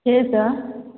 है गा